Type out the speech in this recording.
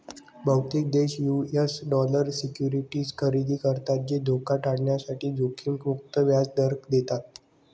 बहुतेक देश US dollar securities खरेदी करतात जे धोका टाळण्यासाठी जोखीम मुक्त व्याज दर देतात